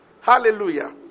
Hallelujah